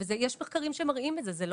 ויש מחקרים שמראים את זה,